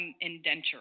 indenture